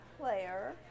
player